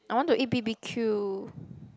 I want to eat b_b_q